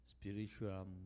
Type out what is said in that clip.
Spiritual